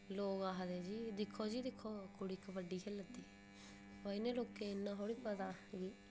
लोग आखदे जी दिक्खो जी दिक्खो कुड़ी कबड्डी खे'ल्ला दी ओह् इ'नें लोकें गी इ'न्ना थोह्ड़ी पता